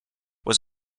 was